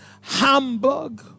Hamburg